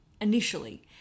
initially